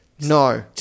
no